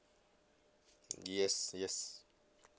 yes yes